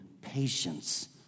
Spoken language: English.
patience